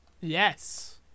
Yes